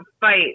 fight